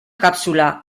cápsula